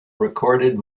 recorded